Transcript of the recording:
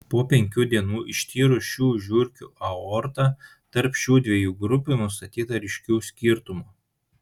po penkių dienų ištyrus šių žiurkių aortą tarp šių dviejų grupių nustatyta ryškių skirtumų